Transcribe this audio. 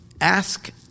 ask